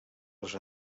els